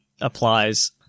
applies